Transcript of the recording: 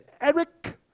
Eric